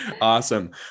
Awesome